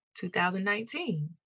2019